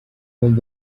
bombi